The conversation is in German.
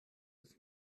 bis